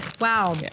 Wow